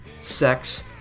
sex